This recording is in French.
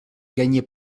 gagnée